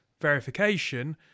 verification